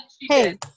hey